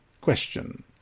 Question